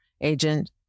agent